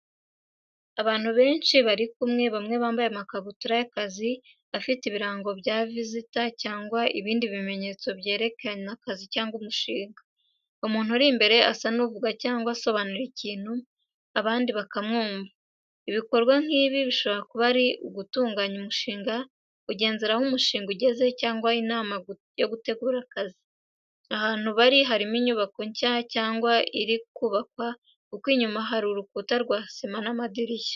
Abantu benshi bari kumwe, bamwe bambaye amakabutura y’akazi afite ibirango bya visitor cyangwa ibindi bimenyetso byerekana akazi cyangwa umushinga. Umuntu uri imbere asa n’uvuga cyangwa asobanura ikintu, abandi bakamwumvira. Ibikorwa nk’ibi bishobora kuba ari ugutunganya umushinga, kugenzura aho umushinga ugeze cyangwa inama yo gutegura akazi. Ahantu bari harimo inyubako nshya cyangwa ikiri kubakwa, kuko inyuma hari urukuta rwa sima n’amadirishya.